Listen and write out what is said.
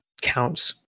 counts